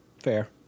Fair